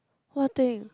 what thing